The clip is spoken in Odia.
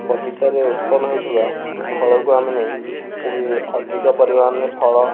ବଗିଚାରେ ଉତ୍ପନ୍ନ ହେଉଥିବା ଫଳକୁ ଆମେ ନେଇ ଯଦି ଅଧିକ ପରିମାଣରେ ଫଳ